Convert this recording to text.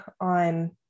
on